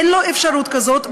אין לו אפשרות כזאת,